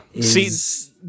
See